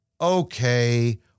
Okay